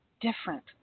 different